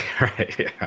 right